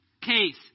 case